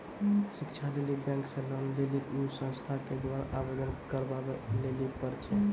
शिक्षा लेली बैंक से लोन लेली उ संस्थान के द्वारा आवेदन करबाबै लेली पर छै?